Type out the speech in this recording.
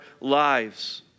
lives